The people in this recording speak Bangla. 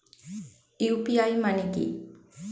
ইউ.পি.আই মানে কি?